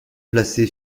placé